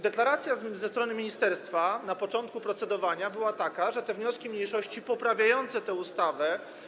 Deklaracja ministerstwa na początku procedowania była taka, że wnioski mniejszości poprawiające tę ustawę.